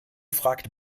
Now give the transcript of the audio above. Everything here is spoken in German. fragt